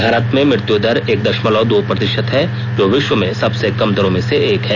भारत में मृत्युदर एक दशमलव दो प्रतिशत है जो विश्व में सबसे कम दरों में से एक है